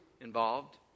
involved